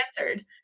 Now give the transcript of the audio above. answered